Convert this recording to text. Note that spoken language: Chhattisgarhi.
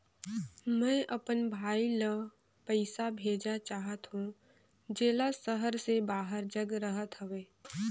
मैं अपन भाई ल पइसा भेजा चाहत हों, जेला शहर से बाहर जग रहत हवे